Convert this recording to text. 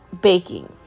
baking